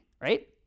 right